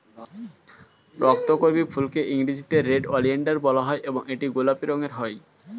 রক্তকরবী ফুলকে ইংরেজিতে red oleander বলা হয় এবং এটি গোলাপি রঙের হয়